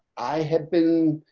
i had been,